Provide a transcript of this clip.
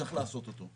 וצריך לעשות אותו.